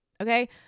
okay